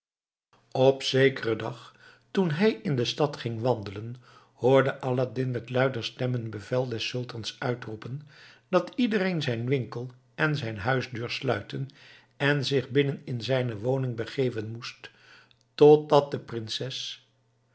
op zekeren dag toen hij in de stad ging wandelen hoorde aladdin met luider stem een bevel des sultans uitroepen dat iedereen zijn winkel en zijn huisdeur sluiten en zich binnen in zijne woning begeven moest totdat de prinses